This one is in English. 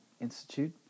Institute